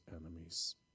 enemies